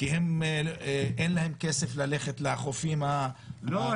כי אין להם כסף ללכת לחופים -- לא,